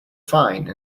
fine